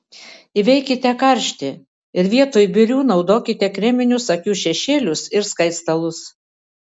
įveikite karštį ir vietoj birių naudokite kreminius akių šešėlius ir skaistalus